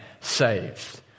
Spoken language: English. saved